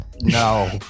No